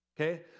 Okay